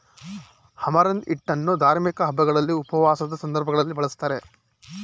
amaranth ಹಿಟ್ಟನ್ನು ಧಾರ್ಮಿಕ ಹಬ್ಬಗಳಲ್ಲಿ, ಉಪವಾಸದ ಸಂದರ್ಭಗಳಲ್ಲಿ ಬಳ್ಸತ್ತರೆ